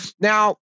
now